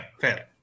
Fair